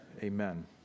amen